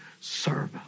serve